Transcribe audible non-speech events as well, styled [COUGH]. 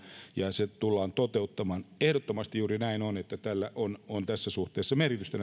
ja se tullaan toteuttamaan ehdottomasti juuri näin on että näillä kansalaisaloiteinstituutioilla on tässä suhteessa merkitystä [UNINTELLIGIBLE]